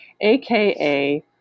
AKA